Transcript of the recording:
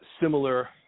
similar